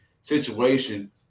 situation